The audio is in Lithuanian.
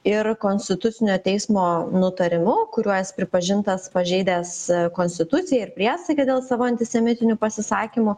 ir konstitucinio teismo nutarimu kuriuo jis pripažintas pažeidęs konstituciją ir priesaiką dėl savo antisemitinių pasisakymų